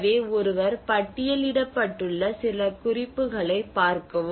எனவே ஒருவர் பட்டியலிடப்பட்டுள்ள சில குறிப்புகளை பார்க்கவும்